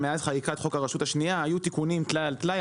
מאז חקיקת חוק הרשות השנייה היו תיקונים טלאי על טלאי